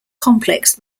complex